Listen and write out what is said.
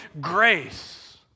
grace